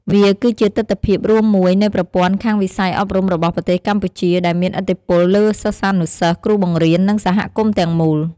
វាគឺជាទិដ្ឋភាពរួមមួយនៃប្រព័ន្ធខាងវិស័យអប់រំរបស់ប្រទេសកម្ពុជា ដែលមានឥទ្ធិពលលើសិស្សានុសិស្ស គ្រូបង្រៀន និងសហគមន៍ទាំងមូល។